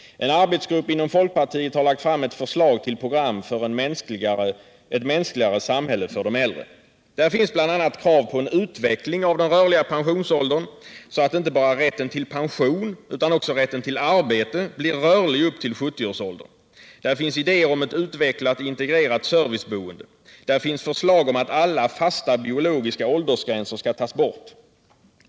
En arbetsgrupp inom folkpartiet har lagt fram ett förslag till program för ”Ett mänskligare samhälle för de äldre”. Där finns bl.a. krav på en utveckling av den rörliga pensionsåldern så att inte bara rätten till pension, utan också rätten till arbete, blir rörlig upp till 70-årsåldern. Där finns idéer om ett utvecklat integrerat serviceboende. Där finns förslag om att alla fasta biologiska åldersgränser skall tas bort.